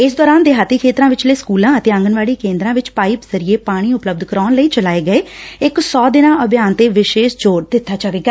ਇਸ ਦੌਰਾਨ ਦੇਹਾਤੀ ਖੇਤਰਾ ਵਿਚਲੇ ਸਕੁਲਾ ਅਤੇ ਆਂਗਣਵਾੜੀ ਕੇਂਦਰਾ ਵਿਚ ਪਾਈਪ ਜ਼ਰੀਏ ਪਾਣੀ ਉਪਲੱਬਧ ਕਰਾਉਣ ਲਈ ਚਲਾਏ ਗਏ ਇਕ ਸੌ ਦਿਨਾ ਅਭਿਆਨ ਤੇ ਵਿਸ਼ੇਸ਼ ਜ਼ੋਰ ਦਿੱਤਾ ਜਾਏਗਾ